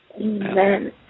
Amen